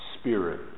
spirit